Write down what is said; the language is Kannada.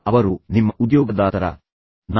ಅವರು ನಿಮ್ಮ ಉದ್ಯೋಗದಾತರಾ